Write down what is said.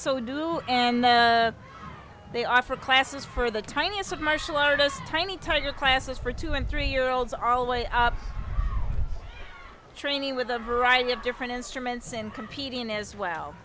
so do and they offer classes for the tiniest of martial artist tiny tiger classes for two and three year olds are always training with a variety of different instruments and competing as well